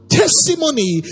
testimony